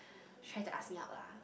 try to ask me out lah